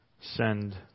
send